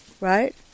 Right